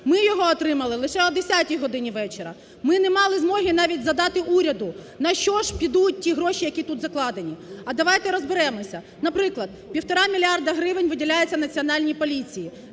ми його отримали лише о 10 годині вечора. Ми не мали змоги навіть задати уряду: на що ж підуть ті гроші, які тут закладені? А давайте розберемося. Наприклад, 1,5 мільярда гривень виділяється Національній поліції,